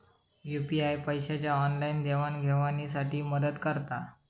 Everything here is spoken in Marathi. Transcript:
यू.पी.आय पैशाच्या ऑनलाईन देवाणघेवाणी साठी मदत करता